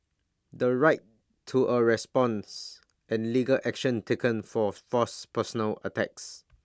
the right to A response and legal action taken for false personal attacks